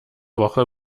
woche